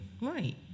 Right